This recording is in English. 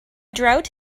drought